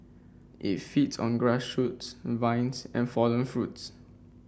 it feeds on grass shoots vines and fallen fruits